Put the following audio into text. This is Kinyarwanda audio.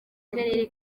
karere